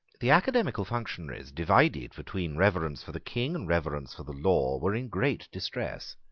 the academical functionaries, divided between reverence for the king and reverence for the law, were in great distress.